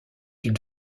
une